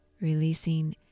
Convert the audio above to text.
releasing